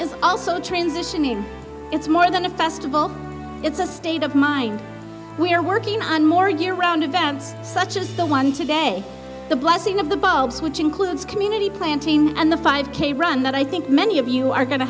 is also a transition mean it's more than a festival it's a state of mind we're working on more year round events such as the one today the blessing of the bulbs which includes community planting and the five k run that i think many of you are going to